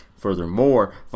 Furthermore